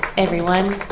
everyone.